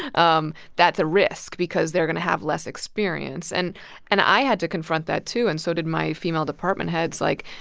um that's a risk because they're going to have less experience. and and i had to confront that, too. and so did my female department heads. like,